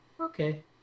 okay